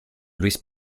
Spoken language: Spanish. luis